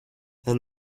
than